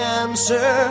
answer